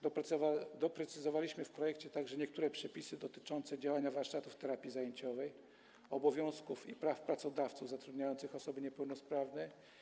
Doprecyzowaliśmy w projekcie także niektóre przepisy dotyczące działania warsztatów terapii zajęciowej, obowiązków i praw pracodawców zatrudniających osoby niepełnosprawne.